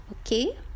Okay